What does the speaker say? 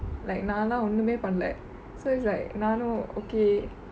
like நால ஒன்னுமெ பன்னல:naala onnume pannale so it's like நானு:naanu okay